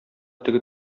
теге